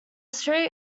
street